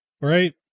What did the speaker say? right